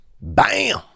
BAM